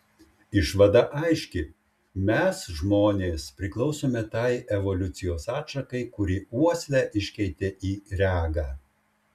išvada aiški mes žmonės priklausome tai evoliucijos atšakai kuri uoslę iškeitė į regą